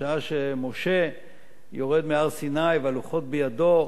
בשעה שמשה יורד מהר-סיני והלוחות בידו,